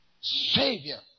Savior